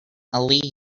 aaliyah